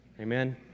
Amen